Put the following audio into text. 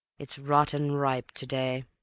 it's rotten ripe to-day.